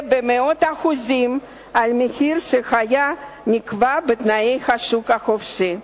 במאות אחוזים על המחיר שהיה נקבע בתנאי השוק החופשי.